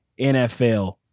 NFL